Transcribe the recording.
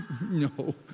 no